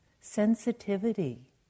sensitivity